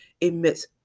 emits